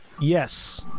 Yes